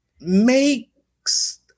makes